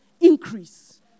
Increase